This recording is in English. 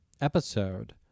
episode